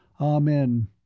Amen